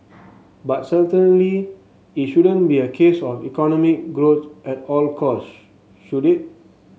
but certainly it shouldn't be a case of economic growth at all costs should it